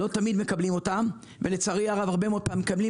לא תמיד מקבלים אותן ולצערי הרבה הרבה פעמים מקבלים